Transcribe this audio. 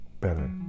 better